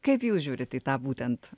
kaip jūs žiūrit į tą būtent